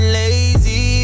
lazy